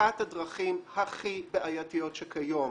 אחת הדרכים הכי בעייתיות שכיום